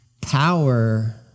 power